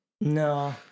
No